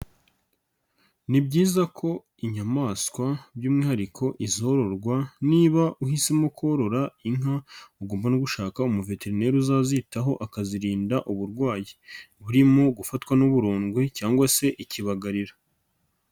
Ni byiza ko inyamaswa by'umwihariko izororwa niba uhisemo korora inka ugomba no gushaka umuveterineri uzazitaho akazirinda uburwayi burimo gufatwa n'uburondwe cyangwa se ikibagarira.